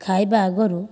ଖାଇବା ଆଗରୁ